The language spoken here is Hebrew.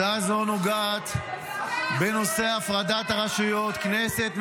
הצעה זו נוגעת בנושא הפרדת הרשויות: כנסת,